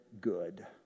good